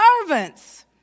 servants